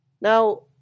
Now